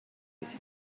its